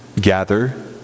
gather